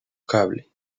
cable